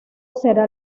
será